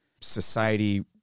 society